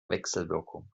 wechselwirkung